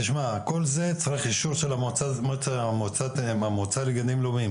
תשמע כל זה צריך אישור של המועצה לגנים לאומיים.